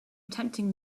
attempting